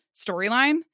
storyline